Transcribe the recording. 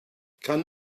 kann